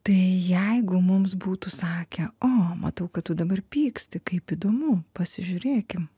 tai jeigu mums būtų sakę o matau kad tu dabar pyksti kaip įdomu pasižiūrėkim